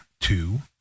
Two